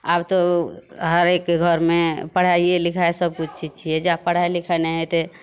आब तऽ हरेक के घरमे पढ़ाइये लिखाइ सभकिछु चीज छियै जा पढ़ाइ लिखाइ नहि हेतै